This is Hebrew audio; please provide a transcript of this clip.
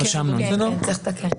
צריך לתקן.